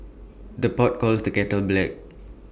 the pot calls the kettle black